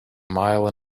mile